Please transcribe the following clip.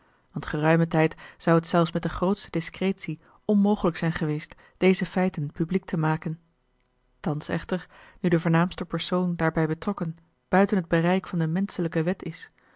want geruimen tijd zou het zelfs met de grootste discretie onmogelijk zijn geweest deze feiten publiek te maken thans echter nu de voornaamste persoon daarbij betrokken buiten het bereik van de menschelijke wet is